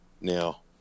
now